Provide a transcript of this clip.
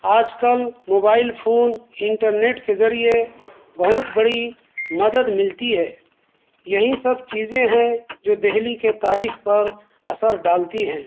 آج کل mobile phone internet کے ذریعے بہت بڑی مدد ملتی ہے یہیں سب چیزیں ہیں جو دہلی کے تاریخ پر اثر ڈالتی ہیں